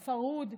הפרהוד,